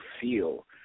feel